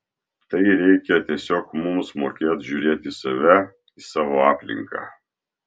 tai reikia tiesiog mums mokėt žiūrėti į save į savo aplinką